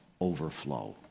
overflow